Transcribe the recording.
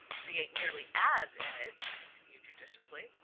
but he ain't nearly as in it, she continued judicially,